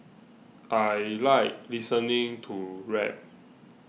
I like listening to rap